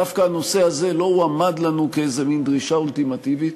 דווקא הנושא הזה לא הועמד לנו כאיזה מין דרישה אולטימטיבית,